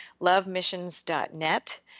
lovemissions.net